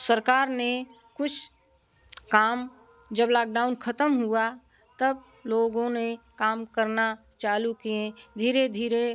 सरकार ने कुछ काम जब लाकडाउन ख़त्म हुआ तब लोगों ने काम करना चालू किएँ धीरे धीरे